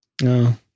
no